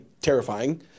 terrifying